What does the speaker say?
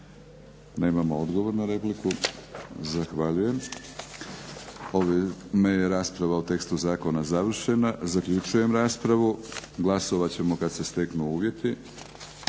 Nemamo odgovor na repliku. Zahvaljujem. Ovime je rasprava o tekstu zakona završena. Zaključujem raspravu. Glasovat ćemo kada se steknu uvjeti.